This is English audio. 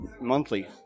monthly